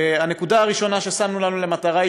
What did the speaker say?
הנקודה הראשונה ששמנו לנו למטרה היא